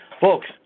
Folks